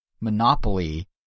Monopoly